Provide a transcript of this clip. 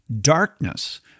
darkness